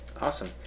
Awesome